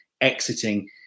exiting